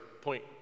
point